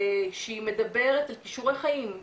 שהיא מדברת על כישורי חיים,